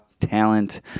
talent